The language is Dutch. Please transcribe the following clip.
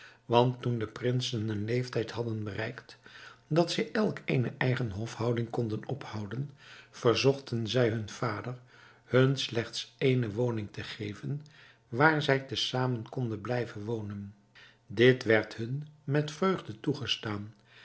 want toen de prinsen een leeftijd hadden bereikt dat zij elk eene eigen hofhouding konden ophouden verzochten zij hunnen vader hun slechts ééne woning te geven waar zij te zamen konden blijven wonen dit werd hun met vreugde toegestaan